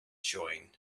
join